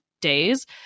days